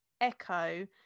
Echo